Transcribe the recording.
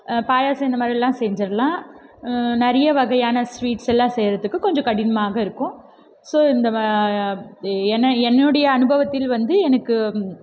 பாயாசம் இந்த மாதிரி எல்லாம் செஞ்சிரலாம் நறையே வகையான ஸ்வீட்ஸ் எல்லாம் செய்யறதுக்கு கொஞ்சம் கடினமாக இருக்கும் ஸோ இந்த ம என என்னுடைய அனுபவத்தில் வந்து எனக்கு